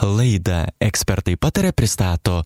laidą ekspertai pataria pristato